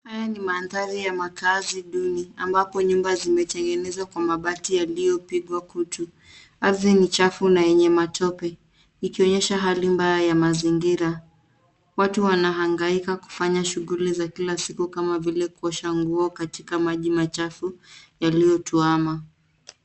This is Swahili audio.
Haya ni mandhari ya makazi duni ambapo nyumba zimetengenezwa kwa mabati yaliyopigwa kutu. Ardhi ni chafu na yenye matope ikionyesha hali mbaya ya mazingira. Watu wanahangaika kufanya shughuli za kila siku kama vile kuosha nguo katika maji machafu yaliyotuama.